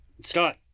scott